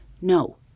No